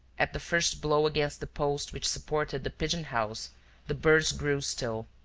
at the first blow against the post which supported the pigeon-house the birds grew still.